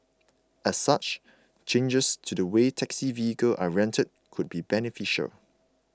as such changes to the way taxi vehicles are rented could be beneficial